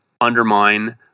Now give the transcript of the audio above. undermine